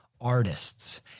artists